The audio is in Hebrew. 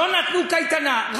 לא נתנו קייטנה,